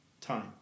time